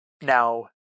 Now